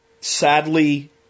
sadly